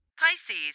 Pisces